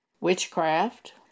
witchcraft